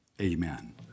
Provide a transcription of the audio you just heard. Amen